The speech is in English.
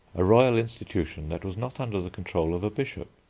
a royal institution that was not under the control of a bishop.